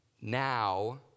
now